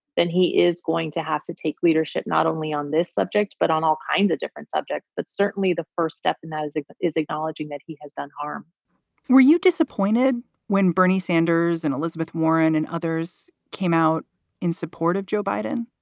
then he is going to have to take leadership not only on this subject, but on all kinds of different subjects. but certainly the first step in that is is acknowledging that he has done harm were you disappointed when bernie sanders and elizabeth warren and others came out in support of joe biden?